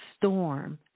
storm